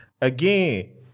again